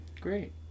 Great